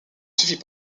suffit